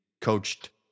coached